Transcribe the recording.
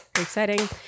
Exciting